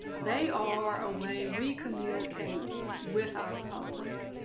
they are a way we communicate with our public.